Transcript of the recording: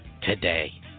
today